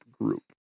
group